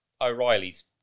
O'Reilly's